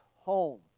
home